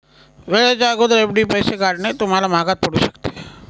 वेळेच्या अगोदर एफ.डी पैसे काढणे तुम्हाला महागात पडू शकते